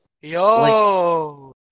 Yo